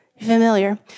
Familiar